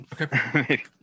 okay